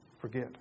forget